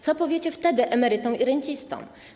Co powiecie wtedy emerytom i rencistom?